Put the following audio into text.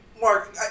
Mark